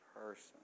person